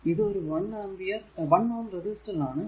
ഇത് ഒരു 1Ω റെസിസ്റ്റർ ആണ്